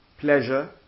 pleasure